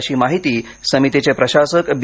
अशी माहीती समितीचे प्रशासक बी